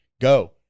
go